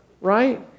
right